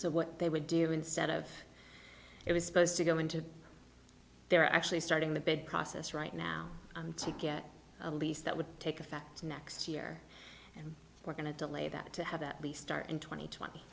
so what they would do instead of it was supposed to go into their actually starting the bid process right now to get a lease that would take effect next year and we're going to delay that to have that we start in tw